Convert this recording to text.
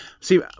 See